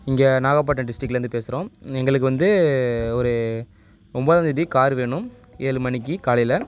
இங்கே நாகப்பட்டினம் டிஸ்ட்டிக்லிருந்து பேசுகிறோம் எங்களுக்கு வந்து ஒரு ஒன்போதாம் தேதி கார் வேணும் ஏழு மணிக்கு காலையில்